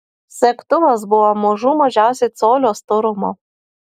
segtuvas buvo mažų mažiausiai colio storumo